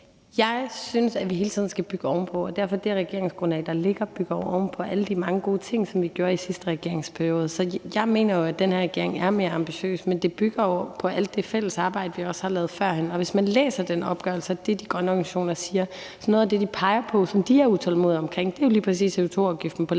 Jeg synes, at vi hele tiden skal bygge ovenpå, og derfor bygger det regeringsgrundlag, der ligger, oven på alle de mange gode ting, som vi gjorde i sidste regeringsperiode. Så jeg mener jo, at den her regering er mere ambitiøs, men det bygger jo på alt det fælles arbejde, vi også har lavet førhen. Og hvis man læser den opgørelse og hører det, de grønne organisationer siger, er noget af det, de peger på, som de er utålmodige efter, lige præcis CO2-afgiften på landbrug.